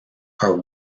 are